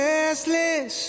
Restless